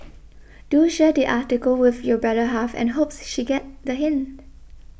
do share the article with your better half and hopes she get the hint